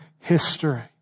History